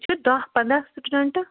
یہِ چھُ دَہ پنٛداہ سِٹوٗڈَنٛٹہٕ